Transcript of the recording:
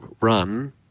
run